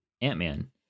Ant-Man